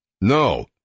No